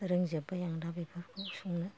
रोंजोबबाय आं दा बेफोरखौ संनो